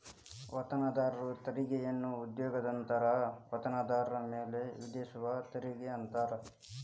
ವೇತನದಾರ ತೆರಿಗೆಯನ್ನ ಉದ್ಯೋಗದಾತರ ವೇತನದಾರ ಮೇಲೆ ವಿಧಿಸುವ ತೆರಿಗೆ ಅಂತಾರ